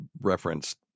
referenced